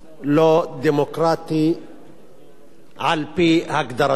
לא דמוקרטי על-פי הגדרתו.